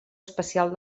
especial